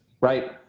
right